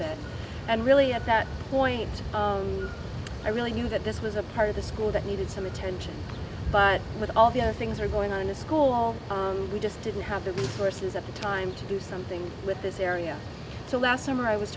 bit and really at that point i really knew that this was a part of the school that needed some attention but with all the other things are going on in the school all we just didn't have the resources at the time to do something with this area so last summer i was